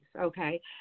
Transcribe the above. okay